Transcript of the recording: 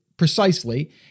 Precisely